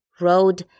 road